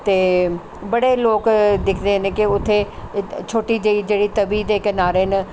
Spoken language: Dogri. ते बड़े लोक दिखदे न कि उत्थें छोटे जेही जेह्ड़ी तवी दे कनारे न